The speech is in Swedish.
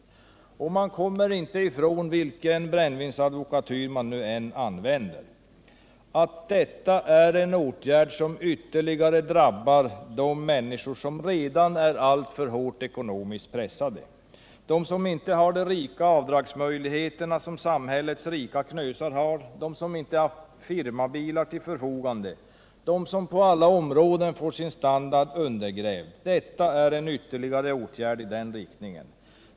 Vilken brännvinsadvokatyr man än använder kommer man inte ifrån att detta är en åtgärd som ytterligare drabbar de människor som redan är hårt ekonomiskt pressade, de som inte har de avdragsmöjligheter som samhällets rika knösar har, de som inte har firmabilar till sitt förfogande, de som på alla sätt får sin standard undergrävd. Detta är ytterligare en åtgärd i den riktningen.